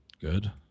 Good